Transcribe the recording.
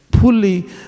fully